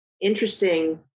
interesting